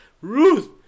Ruth